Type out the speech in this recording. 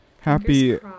Happy